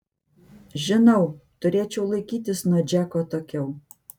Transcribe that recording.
žinau turėčiau laikytis nuo džeko atokiau